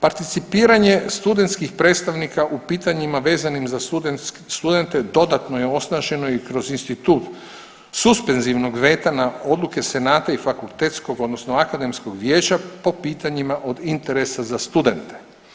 Participiranje studentskih predstavnika u pitanjima vezanim za studente dodatno je osnaženo i kroz institut suspenzivnog veta na odluke senata i fakultetskog odnosno akademskog vijeća po pitanjima od interesa za studente.